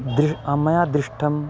दृ मया दृष्टम्